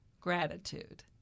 gratitude